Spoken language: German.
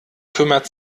kümmert